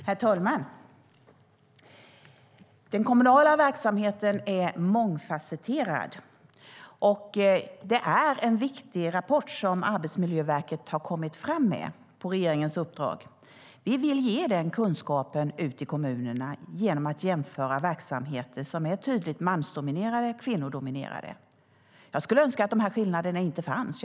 Herr talman! Den kommunala verksamheten är mångfasetterad. Det är en viktig rapport som Arbetsmiljöverket har kommit fram med på regeringens uppdrag. Vi vill ge den kunskapen ut till kommunerna genom att jämföra verksamheter som är tydligt mansdominerade och kvinnodominerade. Jag skulle önska att skillnaderna inte fanns.